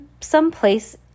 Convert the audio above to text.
someplace